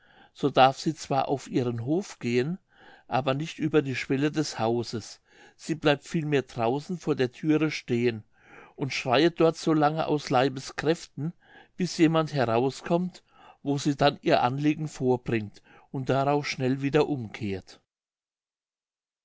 so darf sie zwar auf ihren hof gehen aber nicht über die schwelle des hauses sie bleibt vielmehr draußen vor der thüre stehen und schreiet dort so lange aus leibeskräften bis jemand herauskommt wo sie dann ihr anliegen vorbringt und darauf schnell wieder umkehrt